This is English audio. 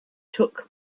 took